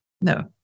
No